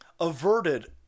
averted